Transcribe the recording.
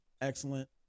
Excellent